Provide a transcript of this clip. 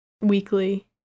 weekly